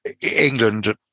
England